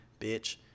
bitch